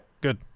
Good